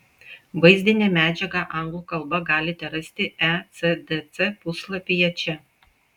vaizdinę medžiagą anglų kalba galite rasti ecdc puslapyje čia